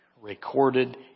recorded